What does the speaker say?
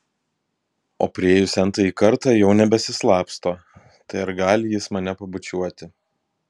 o priėjus n tąjį kartą jau nebesislapsto tai ar gali jis mane pabučiuoti